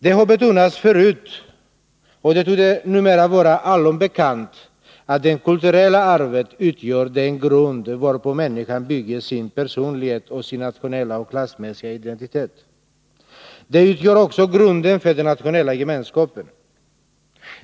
Det har betonats förut, och det torde numera vara allom bekant, att det kulturella arvet utgör den grund varpå människan bygger sin personlighet och sin nationella och klassmässiga identitet. Det utgör också grunden för den nationella gemenskapen.